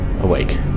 awake